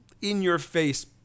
in-your-face